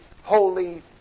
holy